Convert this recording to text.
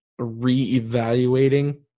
reevaluating